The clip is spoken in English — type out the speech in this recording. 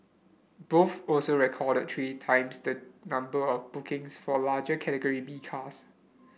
both also recorded three times the number of bookings for larger Category B cars